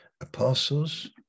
apostles